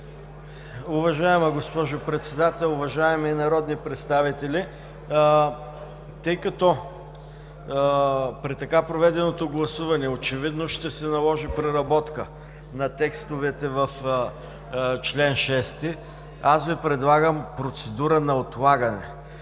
Уважаема госпожо Председател, уважаеми народни представители! Тъй като при така проведеното гласуване очевидно ще се наложи преработка на текстовете в чл. 6, аз Ви предлагам процедура на отлагане.